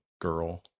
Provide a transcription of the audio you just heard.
girl